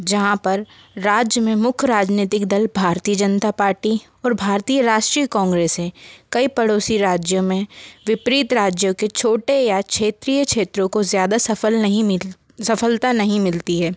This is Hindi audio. जहाँ पर राज्य में मुख्य राजनीतिक दल भारतीय जनता पार्टी और भारतीय राष्ट्रीय कांग्रेस है कई पड़ोसी राज्यों में विपरित राज्यों के छोटे या क्षेत्रीय क्षेत्रों को ज़्यादा सफल नहीं मिल सफलता नहीं मिलती है